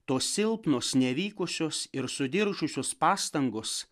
tos silpnos nevykusios ir sudiržusios pastangos